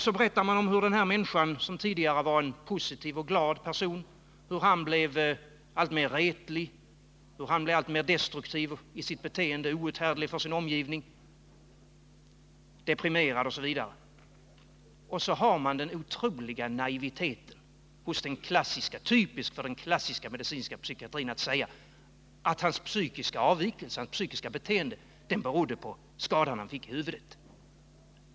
Så berättar man om hur denna människa som tidigare var en positiv och glad person blev alltmer retlig, alltmer destruktiv i sitt beteende, outhärdlig för sin omgivning, deprimerad osv. Sedan har man den otroliga naiviteten — typisk för den klassiska medicinska psykiatrin — att säga att hans psykiska beteende berodde på den skada han fick i huvudet.